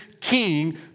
king